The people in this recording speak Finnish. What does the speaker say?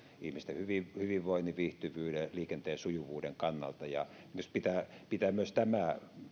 ihmisten hyvinvoinnin viihtyvyyden liikenteen sujuvuuden kannalta ja pitää pitää myös tämä